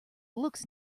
looks